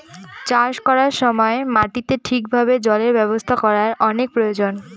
চাষ করার সময় মাটিতে ঠিক ভাবে জলের ব্যবস্থা করার অনেক প্রয়োজন